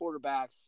quarterbacks